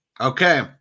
Okay